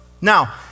Now